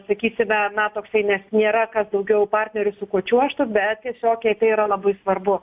sakysime na toksai nes nėra kas daugiau partnerių su kuo čiuožta bet tiesiog jai tai yra labai svarbu